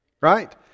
right